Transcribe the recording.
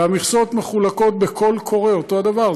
והמכסות מחולקות בקול קורא אותו הדבר.